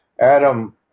Adam